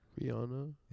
Rihanna